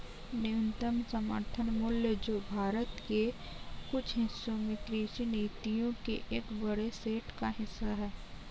न्यूनतम समर्थन मूल्य जो भारत के कुछ हिस्सों में कृषि नीतियों के एक बड़े सेट का हिस्सा है